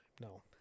No